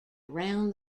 around